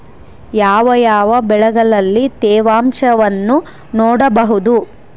ಯಾವ ಯಾವ ಬೆಳೆಗಳಲ್ಲಿ ತೇವಾಂಶವನ್ನು ನೋಡಬಹುದು?